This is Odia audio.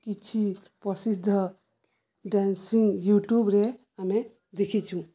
କିଛି ପ୍ରସିଦ୍ଧ ଡ୍ୟାନ୍ସିଂ ୟୁଟ୍ୟୁବରେ ଆମେ ଦେଖିଚୁଁ